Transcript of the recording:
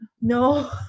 No